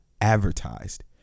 advertised